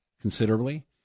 considerably